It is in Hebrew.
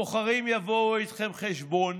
הבוחרים יבואו איתכם חשבון